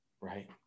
right